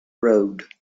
road